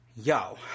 yo